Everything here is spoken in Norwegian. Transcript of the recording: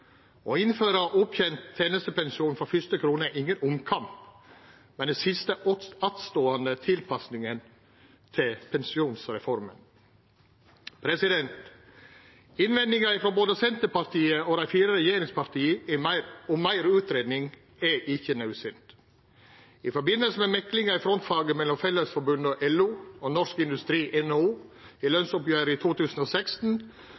innføra opptent tenestepensjon frå fyrste krone er ingen omkamp, men den siste attståande tilpassinga til pensjonsreforma. Innvendinga frå både Senterpartiet og dei fire regjeringspartia om meir utgreiing er ikkje naudsynt. I samband med meklinga i frontfaget mellom Fellesforbundet/LO og Norsk Industri/NHO i lønsoppgjeret i 2016 vart det sendt ei fråsegn frå riksmeklaren til statsministeren. I